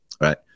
Right